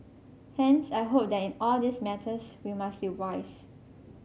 hence I hope that in all these matters we must be wise